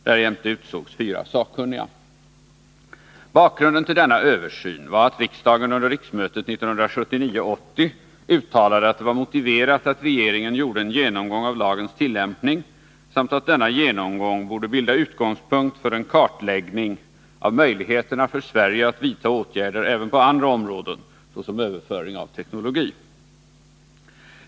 Därjämte utsågs fyra sakkunniga. Bakgrunden till denna översyn var att riksdagen under riksmötet 1979/80 uttalade att det var motiverat att regeringen gjorde en genomgång av lagens tillämpning samt att denna genomgång borde bilda utgångspunkt för en kartläggning av möjligheterna för Sverige att vidta åtgärder även på andra områden såsom överföring av teknologi.